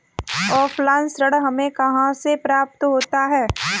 Offline ऋण हमें कहां से प्राप्त होता है?